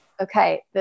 Okay